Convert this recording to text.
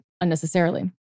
unnecessarily